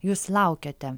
jūs laukiate